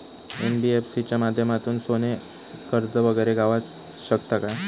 NBFC च्या माध्यमातून सोने कर्ज वगैरे गावात शकता काय?